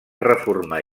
reformar